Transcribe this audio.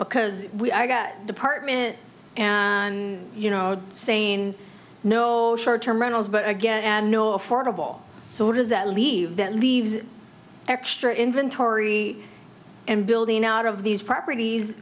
because we are go department and you know saying no short term rentals but again no affordable so what does that leave that leaves extra inventory and building out of these properties